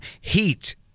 heat